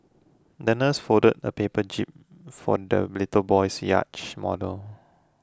the nurse folded a paper jib for the little boy's yacht model